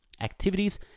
activities